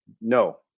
No